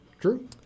True